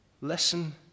listen